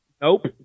Nope